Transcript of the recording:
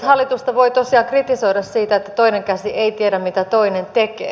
hallitusta voi tosiaan kritisoida siitä että toinen käsi ei tiedä mitä toinen tekee